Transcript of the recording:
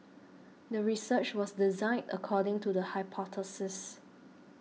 the research was designed according to the hypothesis